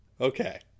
Okay